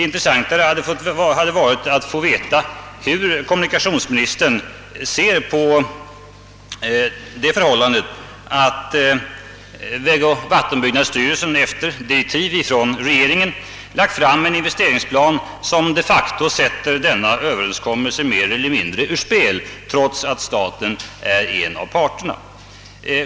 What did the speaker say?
Intressantare hade varit att få höra hur kommunikationsministern ser på det förhållandet att vägoch vattenbyggnadsstyrelsen efter direktiv från regeringen lagt fram en investeringsplan, som de facto sätter denna överenskommelse mer eller mindre ur spel, trots att staten är en av parterna.